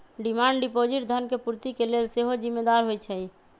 demand deposit धन के पूर्ति के लेल सेहो जिम्मेदार होइ छइ